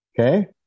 okay